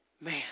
Man